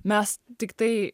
mes tiktai